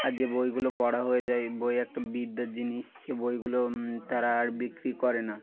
আর যে বইগুলো পড়া হয়ে যায় বই একটা বিদ্যার জিনিস সে বইগুলো তারা আর বিক্রি করে না